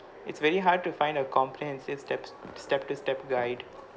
it's very hard to find a comprehensive steps step to step guide